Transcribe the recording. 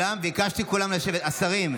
או שתושיב את כל חברי הכנסת, גם השרים.